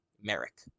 Merrick